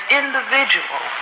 individual